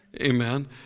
amen